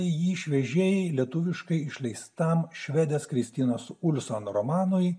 jį šviežiai lietuviškai išleistam švedės kristinos ulson romanui